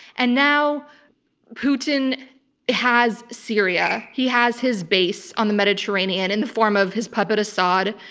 and now putin has syria. he has his base on the mediterranean in the form of his puppet assad,